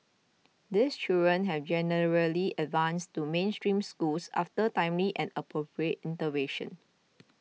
these children have generally advanced to mainstream schools after timely and appropriate intervention